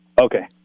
Okay